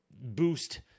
boost